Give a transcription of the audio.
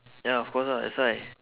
ya of course ah that's why